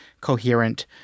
coherent